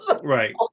right